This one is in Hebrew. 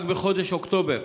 רק בחודש אוקטובר,